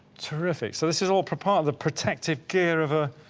terrific, so this is all part of the protective gear of a.